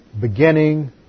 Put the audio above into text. beginning